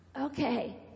okay